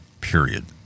period